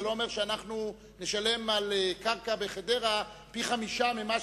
זה לא אומר שאנחנו נשלם על קרקע בחדרה פי-חמישה ממה